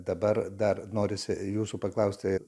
dabar dar norisi jūsų paklausti